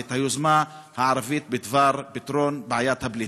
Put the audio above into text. ואת היוזמה הערבית בדבר פתרון בעיית הפליטים.